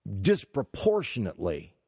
disproportionately